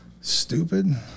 Stupid